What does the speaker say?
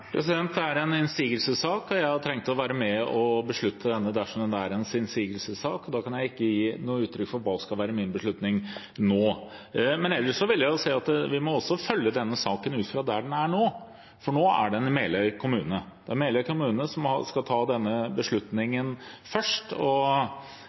er en innsigelsessak, og jeg har tenkt å være med og beslutte dette dersom det er en innsigelsessak, og da kan jeg ikke gi noe uttrykk for hva som skal være min beslutning, nå. Men ellers vil jeg si at vi må også følge denne saken ut fra der den er nå, for nå er den i Meløy kommune. Det er Meløy kommune som skal ta denne